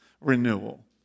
renewal